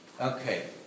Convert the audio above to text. Okay